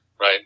right